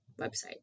website